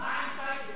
מה עם טייבה?